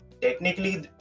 technically